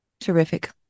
terrific